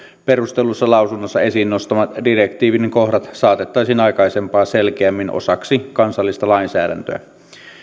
perustellussa lausunnossa esiin nostamat direktiivin kohdat saatettaisiin aikaisempaa selkeämmin osaksi kansallista lainsäädäntöä